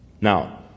Now